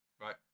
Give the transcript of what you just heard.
Right